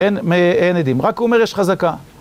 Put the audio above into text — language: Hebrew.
אין עדים, רק אומר יש חזקה.